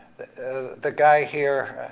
the guy here,